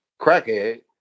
crackhead